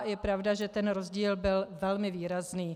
Je pravda, že ten rozdíl byl velmi výrazný.